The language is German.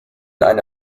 eine